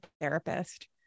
therapist